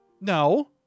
no